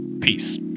Peace